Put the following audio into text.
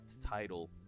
title